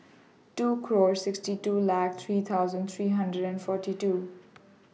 two clause sixty two lac three thousand three hundred and forty two